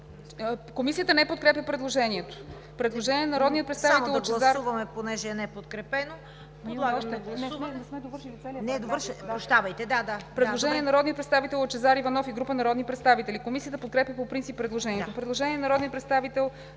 Комисията не подкрепя предложението. Предложение на народния представител Лъчезар Иванов и група народни представители: Комисията подкрепя по принцип предложението. Предложение на народния представител